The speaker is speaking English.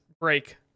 break